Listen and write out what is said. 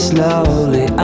Slowly